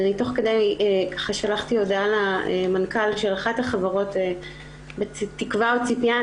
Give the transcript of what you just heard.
תוך כדי שלחתי הודעה למנכ"ל של אחת החברות בתקווה או ציפייה,